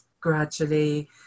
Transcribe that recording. gradually